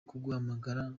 kuguhamagara